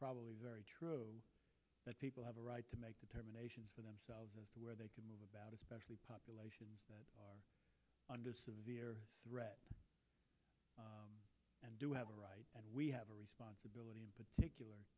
probably very true that people have a right to make determinations for themselves and where they can move about especially populations that are under severe threat and do have a right and we have a responsibility in particular